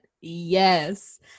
Yes